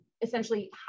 essentially